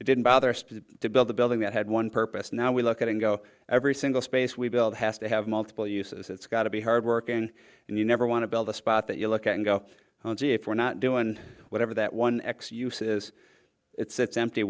it didn't bother space to build a building that had one purpose now we look at and go every single space we build has to have multiple uses it's got to be hard working and you never want to build a spot that you look at and go oh gee if we're not doing whatever that one x use is it's empty